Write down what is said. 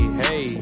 hey